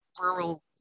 rural